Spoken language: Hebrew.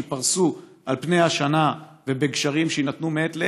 שייפרסו על פני השנה ובגשרים שיינתנו מעת לעת.